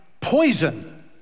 poison